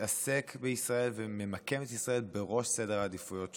בישראל וממקם את ישראל בראש סדר העדיפויות שלו.